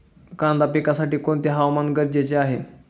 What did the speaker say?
कांदा पिकासाठी कोणते हवामान गरजेचे आहे?